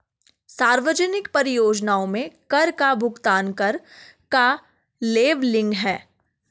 सार्वजनिक परियोजनाओं में कर का भुगतान कर का लेबलिंग है